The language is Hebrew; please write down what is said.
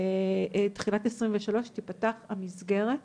ובתחילת 2023 תיפתח המסגרת